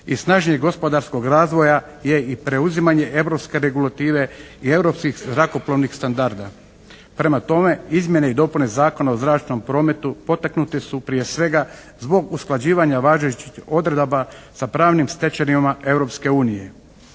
i snažnijeg gospodarskog razvoja je i preuzimanje europske regulative i europskih zrakoplovnih standarda. Prema tome, izmjene i dopune Zakona o zračnom prometu potaknute se u prije svega zbog usklađivanja važećih odredaba sa pravnim stečevinama